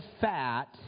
fat